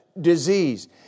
disease